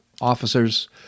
officers